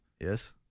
Yes